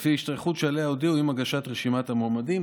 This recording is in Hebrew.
לפי ההשתייכות שעליה הודיעו עם הגשת רשימת המועמדים.